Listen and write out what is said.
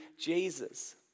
Jesus